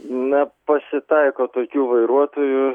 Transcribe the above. na pasitaiko tokių vairuotojų